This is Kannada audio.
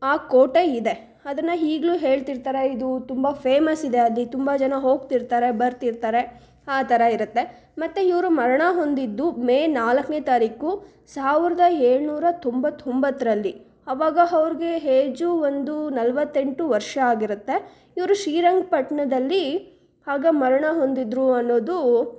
ಆ ಕೋಟೆ ಇದೆ ಅದನ್ನು ಈಗ್ಲೂ ಹೇಳ್ತಿರ್ತಾರೆ ಇದು ತುಂಬ ಫೇಮಸ್ ಇದೆ ಅಲ್ಲಿ ತುಂಬ ಜನ ಹೋಗ್ತಿರ್ತಾರೆ ಬರ್ತಿರ್ತಾರೆ ಆ ಥರ ಇರುತ್ತೆ ಮತ್ತು ಇವರು ಮರಣ ಹೊಂದಿದ್ದು ಮೇ ನಾಲ್ಕನೇ ತಾರೀಕು ಸಾವಿರದ ಏಳುನೂರ ತೊಂಬತ್ತೊಂಬತ್ತರಲ್ಲಿ ಆವಾಗ ಅವ್ರ್ಗೆ ಹೇಜು ಒಂದು ನಲವತ್ತೆಂಟು ವರ್ಷ ಆಗಿರುತ್ತೆ ಇವರು ಶ್ರೀರಂಗಪಟ್ಟಣದಲ್ಲಿ ಆಗ ಮರಣ ಹೊಂದಿದ್ದರು ಅನ್ನೋದು